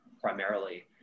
primarily